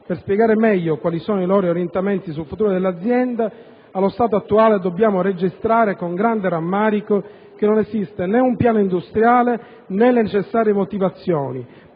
per spiegare meglio quali siano i loro orientamenti sul futuro dell'azienda, allo stato attuale dobbiamo registrare con grande rammarico che non esistono né un piano industriale, né le necessarie motivazioni,